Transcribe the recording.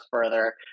further